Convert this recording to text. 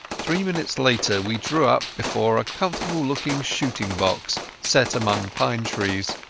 three minutes later we drew up before a comfortable-looking shooting-box set among pine trees,